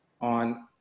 on